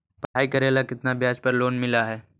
पढाई करेला केतना ब्याज पर लोन मिल हइ?